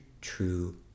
true